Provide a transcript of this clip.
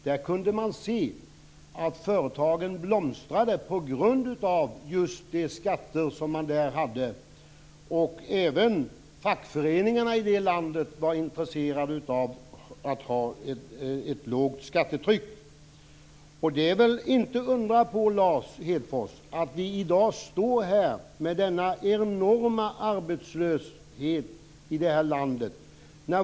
Där kunde man se att företagen blomstrar just på grund av de skatter man har där. Även fackföreningarna på Irland är intresserade av ett lågt skattetryck. Det är väl inte att undra på, Lars Hedfors, att vi i dag står här med denna enorma arbetslöshet i det här landet.